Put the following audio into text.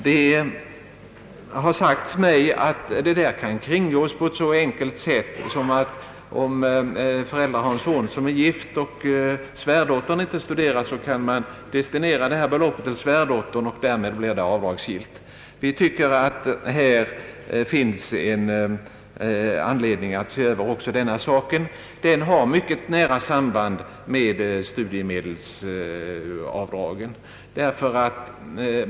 Det har sagts mig att detta kan kringgås på ett så enkelt sätt som att, om föräldrar har en studerande son som är gift och svärdottern inte studerar, behöver de bara destinera pengarna till henne för att beloppet skall bli avdragsgillt. Vi anser att det finns anledning att också se över beskattningen av denna form av studiebidrag. Den har mycket nära samband med beskattningen av studiemedelsavgifterna.